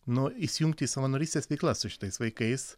nu įsijungti į savanorystės veiklas su šitais vaikais